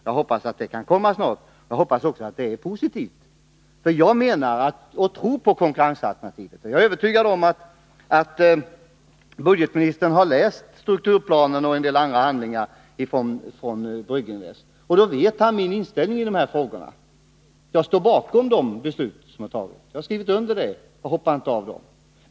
Jag hoppas att det kan komma snart. Jag hoppas också att det är positivt, för jag tror på konkurrensalternativet. Jag är övertygad om att budgetministern har läst strukturplanen och en del andra handlingar från Brygginvest och känner till min inställning i dessa frågor. Jag står bakom de beslut som fattats, jag har skrivit under dem och jag hoppar inte av dem.